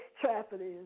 trafficking